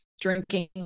drinking